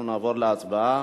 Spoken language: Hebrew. אנחנו נעבור להצבעה.